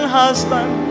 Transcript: husband